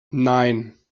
nein